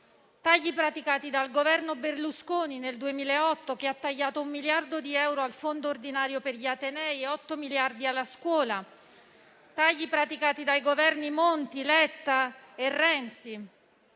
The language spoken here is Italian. tagli praticati dal Governo Berlusconi nel 2008 (che ha tagliato un miliardo di euro al fondo ordinario per gli atenei e 8 miliardi alla scuola), dai Governi Monti, Letta e Renzi.